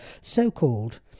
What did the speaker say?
So-called